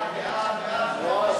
נתקבלו.